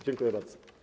Dziękuję bardzo.